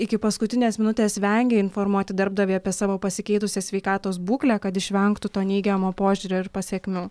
iki paskutinės minutės vengia informuoti darbdavį apie savo pasikeitusią sveikatos būklę kad išvengtų to neigiamo požiūrio ir pasekmių